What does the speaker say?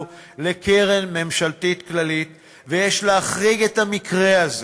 לקרן ממשלתית כללית ויש להחריג את המקרה הזה.